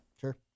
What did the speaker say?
sure